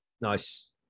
Nice